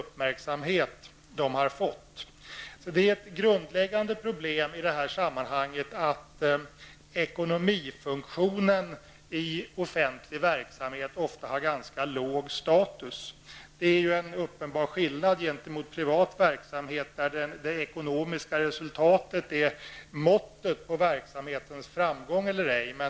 Det är ett grundläggande problem i detta sammanhang att ekonomifunktionen i offentlig verksamhet ofta har ganska låg status. Det är en skillnad gentemot privat verksamhet, där det ekonomiska resultatet är mått på verksamhetens framgång.